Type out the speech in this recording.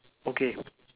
okay